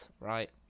right